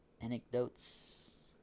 anecdotes